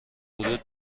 ورود